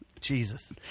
Jesus